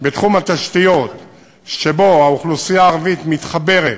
בתחום התשתיות שבו האוכלוסייה הערבית מתחברת